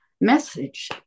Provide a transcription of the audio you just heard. message